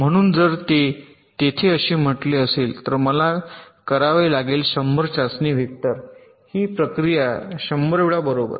म्हणून जर तेथे असे म्हटले असेल तर मला करावे लागेल 100 चाचणी वेक्टर ही प्रक्रिया 100 वेळा बरोबर